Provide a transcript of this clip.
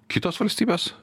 kitos valstybės